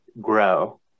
grow